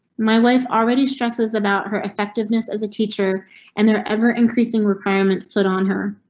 my wife already stresses about her effectiveness as a teacher and their ever increasing requirements put on her.